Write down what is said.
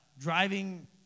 Driving